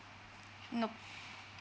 nope